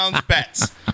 bets